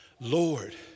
Lord